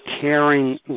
caring